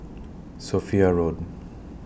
Sophia Road